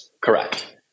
Correct